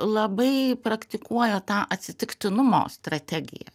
labai praktikuoja tą atsitiktinumo strategiją